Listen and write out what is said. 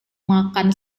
makan